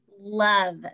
love